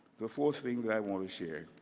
the fourth thing that i want to share